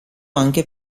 anche